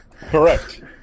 Correct